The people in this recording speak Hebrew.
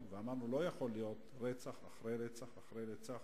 ואמרנו: לא יכול להיות רצח אחרי רצח אחרי רצח